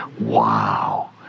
Wow